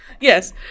Yes